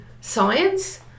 science